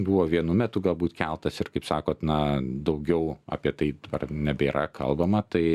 buvo vienu metu galbūt keltas ir kaip sakot na daugiau apie tai nebėra kalbama tai